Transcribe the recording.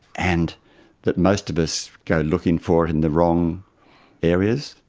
and that most of us go looking for it in the wrong areas.